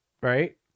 right